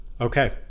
Okay